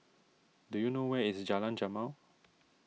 do you know where is Jalan Jamal